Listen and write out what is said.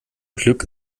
glück